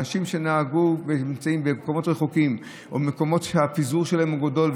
אנשים שנמצאים במקומות רחוקים או במקומות שהפיזור שלהם גדול,